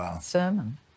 sermon